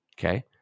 Okay